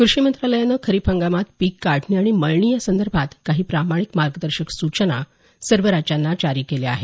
क्रषी मंत्रालयानं खरीप हंगामात पीक काढणी आणि मळणी या संदर्भात काही प्रमाणित मार्गदर्शक सूचना सर्व राज्यांना जारी केल्या आहेत